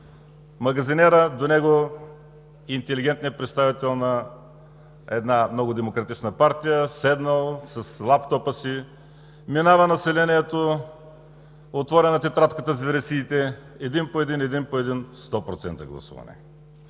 Магазинерът, до него интелигентният представител на една много демократична партия, седнал с лаптопа си. Минава населението, отворена е тетрадката с вересиите, един по един, един по един – сто